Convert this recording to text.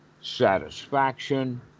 satisfaction